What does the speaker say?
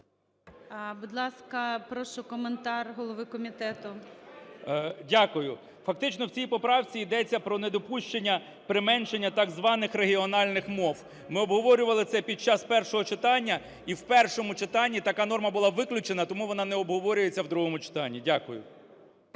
Будь ласка, прошу коментар голови комітету. 16:21:35 КНЯЖИЦЬКИЙ М.Л. Дякую. Фактично в цій поправці йдеться про недопущення применшення так званих регіональних мов. Ми обговорювали це під час першого читання і в першому читанні така норма була виключена, тому вона не обговорюється в другому читанні. Дякую.